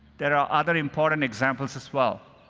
there are other important examples as well.